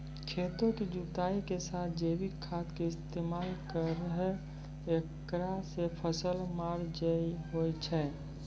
खेतों के जुताई के साथ जैविक खाद के इस्तेमाल करहो ऐकरा से फसल मार नैय होय छै?